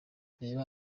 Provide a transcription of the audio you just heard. reba